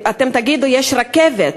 אתם תגידו: יש רכבת.